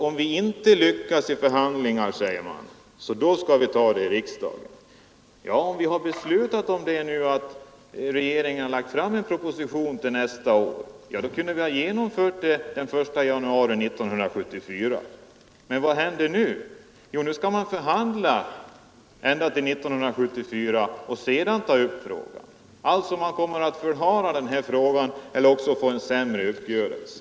Om vi inte lyckas i förhandlingar, säger man, då skall vi ta upp saken i riksdagen. Om vi nu hade beslutat enligt vår motion och regeringen hade lagt fram en proposition till nästa år, då kunde vi ha genomfört arbetstidsförkortningen den 1 januari 1974. Men vad händer nu? Jo, nu skall man förhandla ända till 1974 och sedan ta upp frågan. Man kommer alltså att förhala den här frågan eller också att få en sämre uppgörelse.